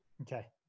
Okay